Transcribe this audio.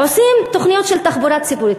עושים תוכניות של תחבורה ציבורית,